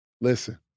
Listen